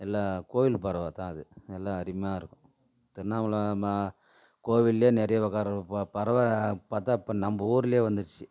எல்லாம் கோயில் பறவை தான் அது நல்ல அருமையாக இருக்கும் திருவண்ணாமலை மா கோவில்லையே நிறைய வகை ப பறவை பார்த்தா இப்போ நம்ப ஊர்லையே வந்துருச்சு